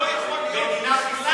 מדינת ישראל,